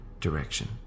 direction